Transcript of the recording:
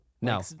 No